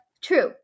True